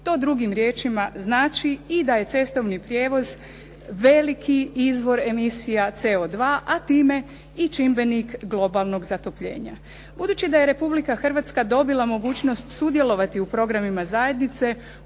to drugim riječima znači i da je cestovni prijevoz veliki izvor emisija CO2, a time i čimbenik globalnog zatopljenja. Budući da je Republika Hrvatska dobila mogućnost sudjelovati u programima zajednice